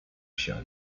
się